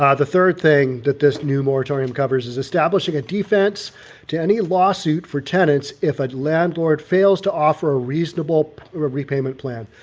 ah the third thing that this new moratorium covers is establishing a defense to any lawsuit for tenants if a landlord fails to offer ah reasonable repayment plan.